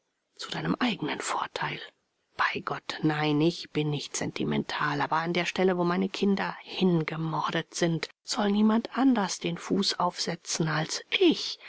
zu deinem eigenen vorteil bei gott nein ich bin nicht sentimental aber an der stelle wo meine kinder hingemordet sind soll niemand anders den fuß aufsetzen als ich